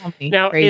now